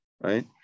right